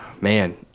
man